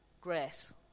Grace